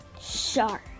Shark